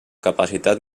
capacitat